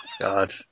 God